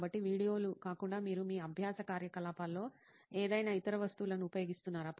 కాబట్టి వీడియోలు కాకుండా మీరు మీ అభ్యాస కార్యకలాపాల్లో ఏదైనా ఇతర వస్తువులను ఉపయోగిస్తున్నారా